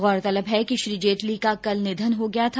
गौरतलब है कि श्री जेटली का कल निधन हो गया था